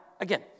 again